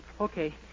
Okay